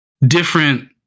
different